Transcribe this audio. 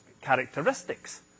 characteristics